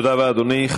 תודה רבה, אדוני.